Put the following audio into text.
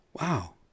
wow